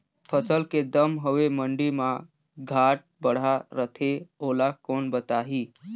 फसल के दम हवे मंडी मा घाट बढ़ा रथे ओला कोन बताही?